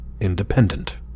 independent